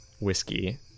whiskey